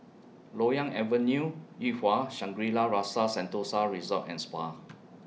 Loyang Avenue Yuhua Shangri La's Rasa Sentosa Resort and Spa